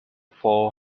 four